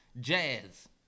Jazz